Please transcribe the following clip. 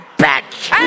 bitch